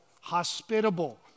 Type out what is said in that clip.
hospitable